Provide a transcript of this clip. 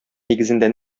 нигезендә